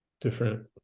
different